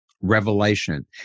revelation